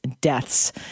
deaths